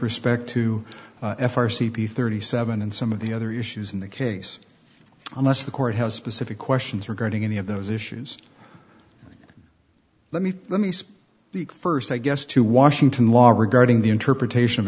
respect to f r c p thirty seven and some of the other issues in the case unless the court has specific questions regarding any of those issues let me let me say first i guess to washington law regarding the interpretation of